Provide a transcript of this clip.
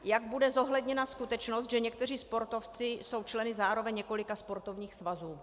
Jak bude zohledněna skutečnost, že někteří sportovci jsou zároveň členy několika sportovních svazů?